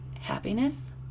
happiness